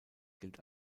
gilt